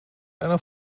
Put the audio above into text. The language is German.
einer